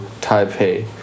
Taipei